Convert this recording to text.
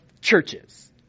churches